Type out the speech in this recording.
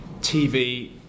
TV